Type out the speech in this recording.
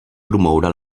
promoure